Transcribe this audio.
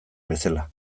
bezala